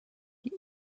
die